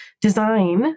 design